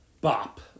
Bop